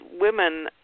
women